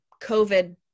COVID